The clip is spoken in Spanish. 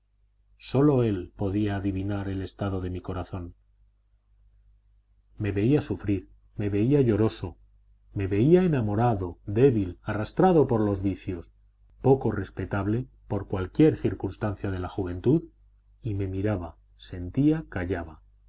sólo él podía adivinar el estado de mi corazón me veía sufrir me veía lloroso me veía enamorado débil arrastrado por los vicios poco respetable por cualquier circunstancia de la juventud y me miraba sentía callaba